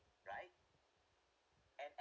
right and